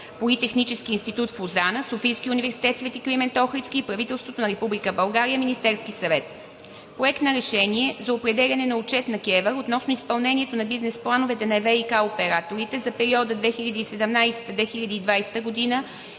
политехнически институт в Лозана, Софийския университет „Свети Климент Охридски“ и правителството на Република България. Вносител – Министерският съвет. Проект на решение за определяне на отчет на КЕВР относно изпълнението на бизнес плановете на ВиК операторите за периода 2017 – 2020 г. и